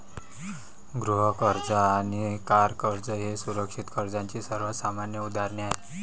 गृह कर्ज आणि कार कर्ज ही सुरक्षित कर्जाची सर्वात सामान्य उदाहरणे आहेत